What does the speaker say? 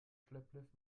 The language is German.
schlepplift